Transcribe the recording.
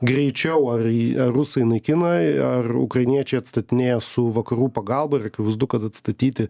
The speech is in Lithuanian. greičiau ar ar rusai naikina ar ukrainiečiai atstatinėja su vakarų pagalba ir akivaizdu kad atstatyti